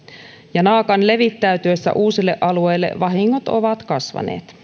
ja naakan levittäytyessä uusille alueille vahingot ovat kasvaneet